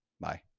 Bye